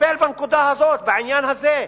לטפל בנקודה הזאת, בעניין הזה.